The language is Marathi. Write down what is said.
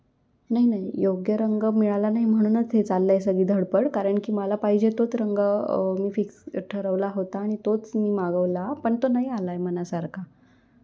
नाही नाही योग्य रंग मिळाला नाही म्हणूनच हे चालली आहे सगळी धडपड कारण की मला पाहिजे तोच रंग मी फिक्स ठरवला होता आणि तोच मी मागवला पण तो नाही आला आहे मनासारखा